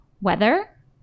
weather